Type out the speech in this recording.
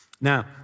Now